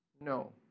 No